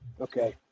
Okay